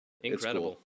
Incredible